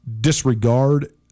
disregard